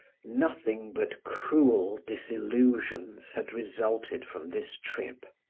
nothing but cruel disillusions had resulted from this trip.